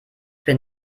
bin